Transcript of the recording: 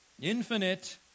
Infinite